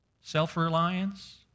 Self-reliance